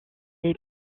est